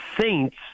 saints